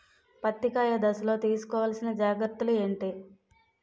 పత్తి కాయ దశ లొ తీసుకోవల్సిన జాగ్రత్తలు ఏంటి?